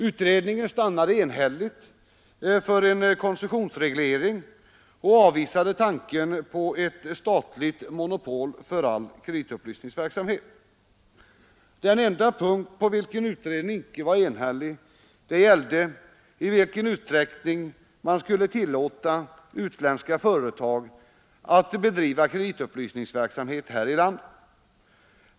Utredningen stannade enhälligt för en koncessionsreglering och avvisade tanken på ett statligt monopol för all kreditupplysningsverksamhet. Den enda punkt på vilken utredningen icke var enhällig gällde i vilken utsträckning man skulle tillåta utländska företag att bedriva kreditupplysningsverksamhet här i landet.